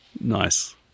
Nice